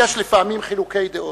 יש לפעמים חילוקי דעות.